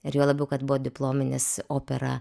ir juo labiau kad buvo diplominis opera